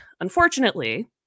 unfortunately